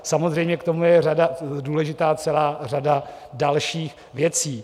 Samozřejmě, k tomu je důležitá celá řada dalších věcí.